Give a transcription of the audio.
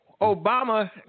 Obama